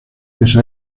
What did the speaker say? pese